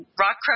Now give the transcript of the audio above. rock